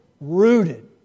rooted